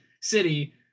city